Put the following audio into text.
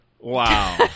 Wow